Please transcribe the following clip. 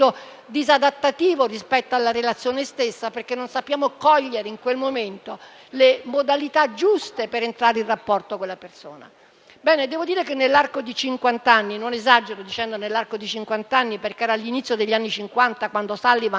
rispetto alla relazione stessa, perché non sappiamo cogliere, in quel momento, le modalità giuste per entrare in rapporto con la persona. Bene, devo dire che nell'arco di cinquant'anni - e non esagero dicendo cinquant'anni, perché era l'inizio degli anni Cinquanta quando Sullivan